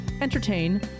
entertain